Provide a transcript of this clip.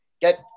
get